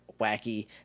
wacky